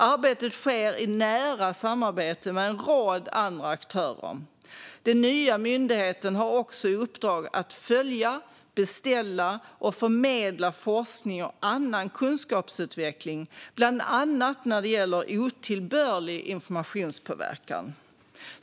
Arbetet sker i nära samarbete med en rad andra aktörer. Den nya myndigheten har också i uppdrag att följa, beställa och förmedla forskning och annan kunskapsutveckling bland annat när det gäller otillbörlig informationspåverkan.